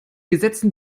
gesetzen